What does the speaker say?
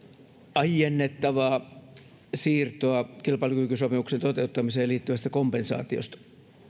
aiennettavaa siirtoa kilpailukykysopimuksen toteuttamiseen liittyvästä kompensaatiosta